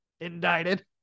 indicted